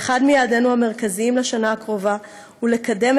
ואחד מיעדינו המרכזיים לשנה הקרובה הוא לקדם